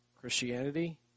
Christianity